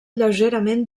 lleugerament